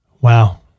Wow